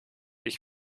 ich